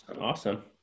Awesome